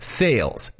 sales